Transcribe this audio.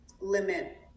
limit